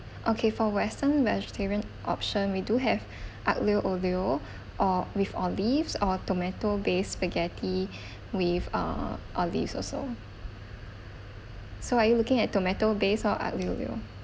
okay for western vegetarian option we do have aglio olio or with olives or tomato base spaghetti with uh olives also so are you looking at tomato base or aglio olio